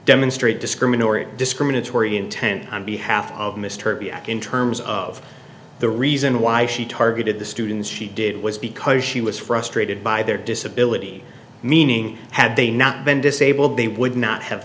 demonstrate discriminatory discriminatory intent on behalf of mr b ack in terms of the reason why she targeted the students she did was because she was frustrated by their disability meaning had they not been disabled they would not have